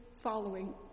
following